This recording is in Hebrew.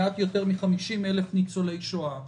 מעט יותר מ-50,000 ניצולי שואה.